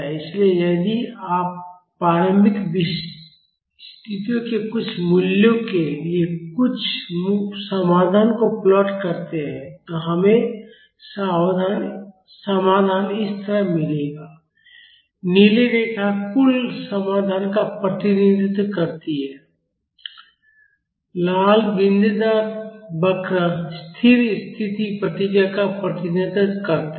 इसलिए यदि आप प्रारंभिक स्थितियों के कुछ मूल्यों के लिए इस कुल समाधान को प्लॉट करते हैं तो हमें समाधान इस तरह मिलेगा नीली रेखा कुल समाधान का प्रतिनिधित्व करती है लाल बिंदीदार वक्र स्थिर स्थिति प्रतिक्रिया का प्रतिनिधित्व करता है